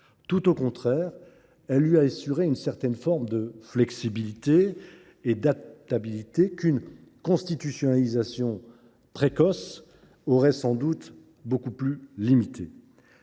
Tout au contraire, elle lui a assuré une certaine forme de flexibilité et d’adaptabilité qu’une constitutionnalisation précoce aurait sans doute beaucoup plus limitée.